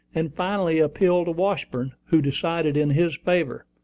and finally appealed to washburn, who decided in his favor.